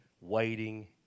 waiting